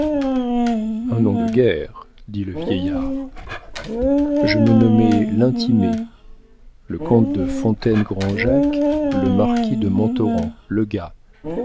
un nom de guerre dit le vieillard je me nommais l'intimé le comte de fontaine grand jacques le marquis de montauran le gars